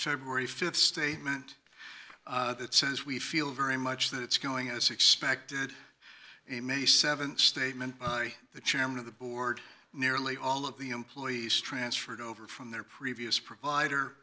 february th statement that says we feel very much that it's going as expected they may th statement the chairman of the board nearly all of the employees transferred over from their previous provider